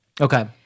Okay